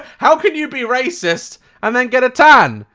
how can you be racist and then get a tan?